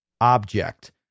object